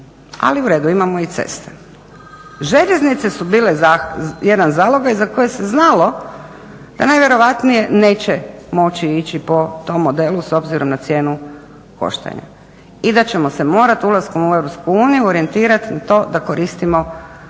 ali u redu imamo i ceste. Željeznice su bile jedan zalogaj za koje se znalo da najvjerojatnije neće moći ići po tom modelu s obzirom na cijenu koštanja i da ćemo se morati ulaskom u EU orijentirati na to da koristimo